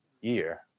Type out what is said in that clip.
year